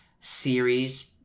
series